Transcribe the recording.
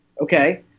Okay